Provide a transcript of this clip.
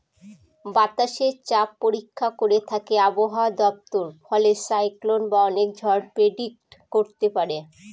বাতাসের চাপ পরীক্ষা করে থাকে আবহাওয়া দপ্তর ফলে সাইক্লন বা অনেক ঝড় প্রেডিক্ট করতে পারে